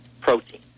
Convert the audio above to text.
protein